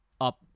up